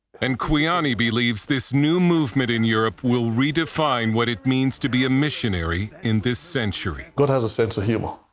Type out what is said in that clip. and kwiyani believes this new movemen in your will redefine what it means to be a missionary in this century. god has a sense of humor.